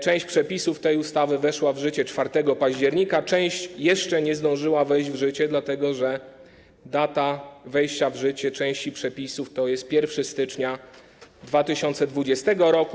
Część przepisów tej ustawy weszła w życie 4 października, część jeszcze nie zdążyła wejść w życie, dlatego że data wejścia w życie części przepisów to jest 1 stycznia 2020 r.